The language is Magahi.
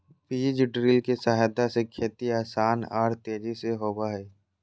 बीज ड्रिल के सहायता से खेती आसान आर तेजी से होबई हई